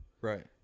right